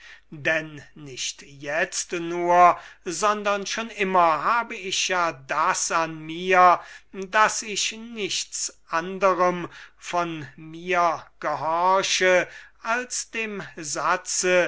denn nicht jetzt nur sondern schon immer habe ich ja das an mir daß ich nichts anderem von mir gehorche als dem satze